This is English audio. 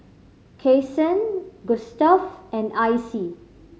Kasen Gustav and Icy